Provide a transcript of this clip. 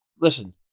listen